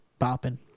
bopping